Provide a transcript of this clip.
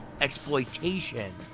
exploitation